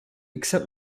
accept